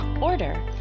order